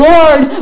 Lord